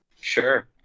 sure